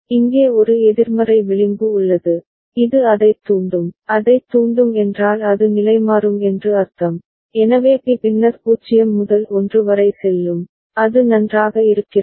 இங்கே ஒரு எதிர்மறை விளிம்பு உள்ளது இது அதைத் தூண்டும் அதைத் தூண்டும் என்றால் அது நிலைமாறும் என்று அர்த்தம் எனவே பி பின்னர் 0 முதல் 1 வரை செல்லும் அது நன்றாக இருக்கிறதா